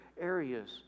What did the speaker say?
areas